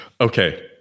okay